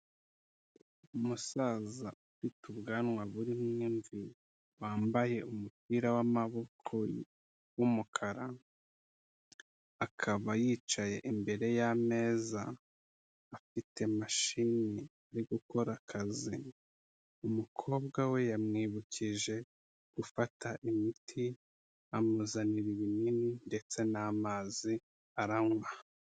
Umusaza ufite ubwanwa burimo imvi wambaye umupira w'amaboko w'umukara, akaba yicaye imbere y'ameza afite mashini yo gukora akazi. Umukobwa we yamwibukije gufata imiti amuzanira ibinini ndetse n'amazi aranywa.